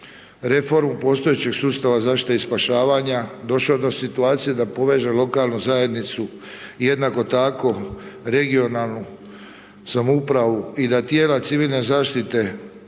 reformu postojećeg sustava zaštite i spašavanja došlo je do jedne situacije da poveže lokalnu zajednicu jednako tako regionalnu samoupravu i da tijela civilne zaštite